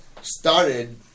started